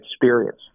experience